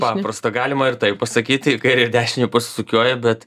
paprasta galima ir taip pasakyti į kairę į dešinę pasisukioji bet